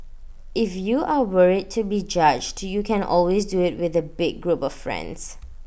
if you are worried to be judged you can always do IT with A big group of friends